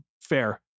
fair